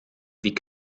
wie